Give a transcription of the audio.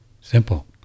Simple